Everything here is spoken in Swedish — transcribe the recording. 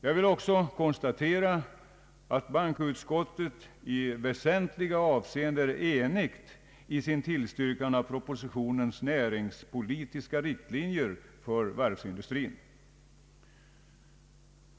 Jag vill också konstatera att bankoutskottet i väsentliga avseenden är enigt i sin tillstyrkan av propositionens näringspolitiska riktlinjer för varvsindustrin.